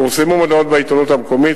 פורסמו מודעות בעיתונות המקומית,